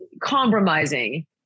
compromising